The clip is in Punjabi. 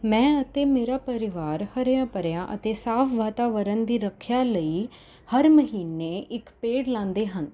ਮੈਂ ਅਤੇ ਮੇਰਾ ਪਰਿਵਾਰ ਹਰਿਆ ਭਰਿਆ ਅਤੇ ਸਾਫ਼ ਵਾਤਾਵਰਣ ਦੀ ਰੱਖਿਆ ਲਈ ਹਰ ਮਹੀਨੇ ਇੱਕ ਪੇੜ ਲਾਉਂਦੇ ਹਨ